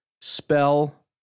spell